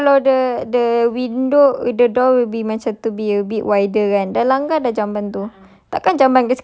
if you kalau kalau the the window the door will be macam to a bit wider one kan dah langgar dah jamban tu